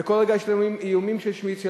וכל רגע יש איומים של שביתה?